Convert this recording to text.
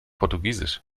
portugiesisch